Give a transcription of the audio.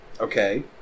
okay